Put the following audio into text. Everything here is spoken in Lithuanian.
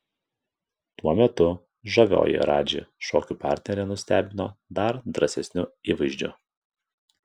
tuo metu žavioji radži šokių partnerė nustebino dar drąsesniu įvaizdžiu